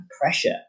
pressure